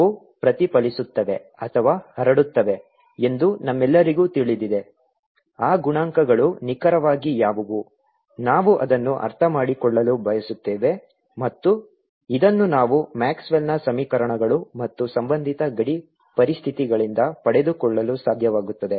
ಅವು ಪ್ರತಿಫಲಿಸುತ್ತವೆ ಅಥವಾ ಹರಡುತ್ತವೆ ಎಂದು ನಮಗೆಲ್ಲರಿಗೂ ತಿಳಿದಿದೆ ಆ ಗುಣಾಂಕಗಳು ನಿಖರವಾಗಿ ಯಾವುವು ನಾವು ಅದನ್ನು ಅರ್ಥಮಾಡಿಕೊಳ್ಳಲು ಬಯಸುತ್ತೇವೆ ಮತ್ತು ಇದನ್ನು ನಾವು ಮ್ಯಾಕ್ಸ್ವೆಲ್ನ ಸಮೀಕರಣಗಳು ಮತ್ತು ಸಂಬಂಧಿತ ಗಡಿ ಪರಿಸ್ಥಿತಿಗಳಿಂದ ಪಡೆದುಕೊಳ್ಳಲು ಸಾಧ್ಯವಾಗುತ್ತದೆ